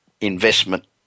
investment